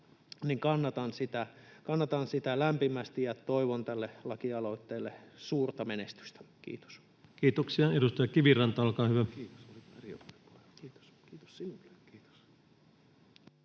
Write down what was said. kannatan lämpimästi ja toivon tälle lakialoitteelle suurta menestystä. — Kiitos. Kiitoksia. — Edustaja Kiviranta, olkaa hyvä. Arvoisa